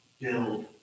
build